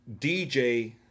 DJ